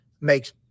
makes